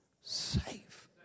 safe